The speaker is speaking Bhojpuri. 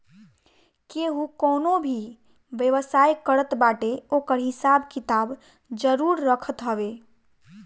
केहू कवनो भी व्यवसाय करत बाटे ओकर हिसाब किताब जरुर रखत हवे